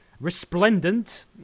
resplendent